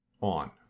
on